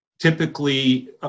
typically